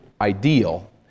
ideal